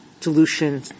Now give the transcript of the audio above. dilution